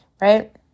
right